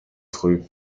früh